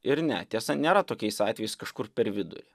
ir ne tiesa nėra tokiais atvejais kažkur per vidurį